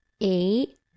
eight